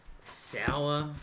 sour